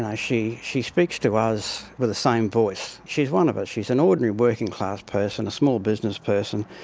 and she she speaks to us with the same voice. she is one of us, she's an ordinary working class person, a small business person,